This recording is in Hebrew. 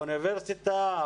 האוניברסיטה,